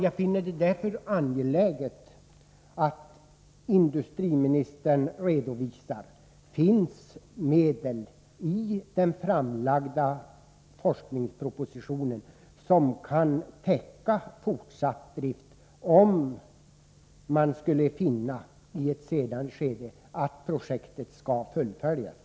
Jag finner det mot denna bakgrund angeläget att industriministern redovisar om det i den framlagda forskningspropositionen anvisats medel som kan täcka kostnaderna för fortsatt drift, ifall man i ett senare skede skulle finna att projektet skall fullföljas.